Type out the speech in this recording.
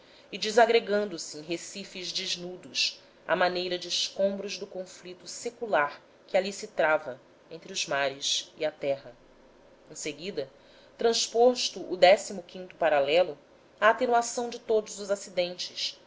e desagregando se em recifes desnudos à maneira de escombros do conflito secular que ali se trava entre os mares e a terra em seguida transposto o o paralelo a atenuação de todos os acidentes